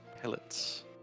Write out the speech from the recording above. pellets